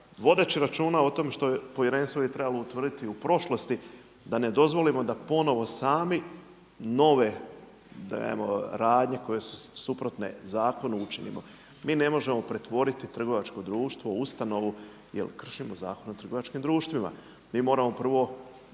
vodeći računa o tome što povjerenstvo bi trebalo utvrditi u prošlosti, da ne dozvolimo da ponovo sami nove dajemo radnje koje su suprotne zakonu učinimo. Mi ne možemo pretvoriti trgovačko društvo u ustanovu, jer kršimo Zakon o trgovačkim društvima. Mi moramo prvo,